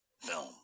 film